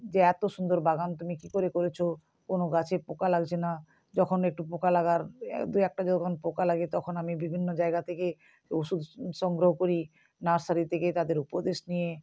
যে এত সুন্দর বাগান তুমি কী করে করেছ কোনো গাছে পোকা লাগছে না যখন একটু পোকা লাগার দু একটা যখন পোকা লাগে তখন আমি বিভিন্ন জায়গা থেকে ওষুধ সংগ্রহ করি নার্সারি থেকে তাদের উপদেশ নিয়ে